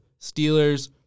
Steelers